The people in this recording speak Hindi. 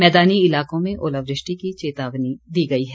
मैदानी इलाकों में ओलावृष्टि की चेतावनी दी गई है